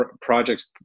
projects